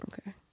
Okay